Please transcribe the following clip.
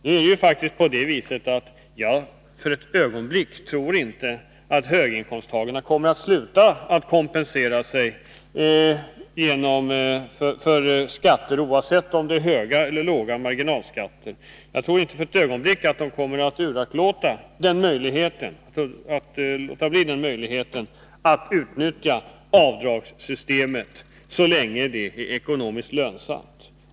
Jag tror faktiskt inte för ett ögonblick att höginkomsttagarna kommer att sluta att kompensera sig för skatter, oavsett om det är höga eller låga marginalskatter. Jag tror inte att de kommer att låta bli möjligheten att utnyttja avdragssystemet så länge det är ekonomiskt lönsamt.